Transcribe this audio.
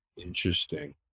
Interesting